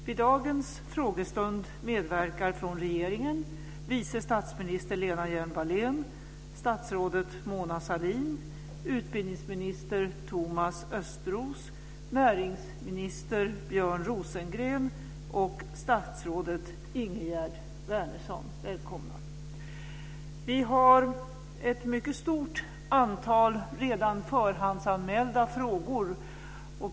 Vid dagen frågestund medverkar från regeringen vice statsminister Lena Hjelm Vi har ett mycket stort antal redan förhandsanmälda frågor.